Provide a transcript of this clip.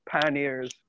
pioneers